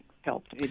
helped